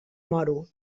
moro